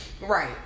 Right